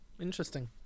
interesting